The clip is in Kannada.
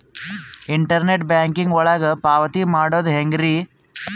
ಇಂಟರ್ನೆಟ್ ಬ್ಯಾಂಕಿಂಗ್ ಒಳಗ ಪಾವತಿ ಮಾಡೋದು ಹೆಂಗ್ರಿ?